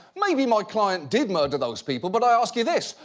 maybe my client did murder those people, but i ask you this.